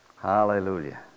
Hallelujah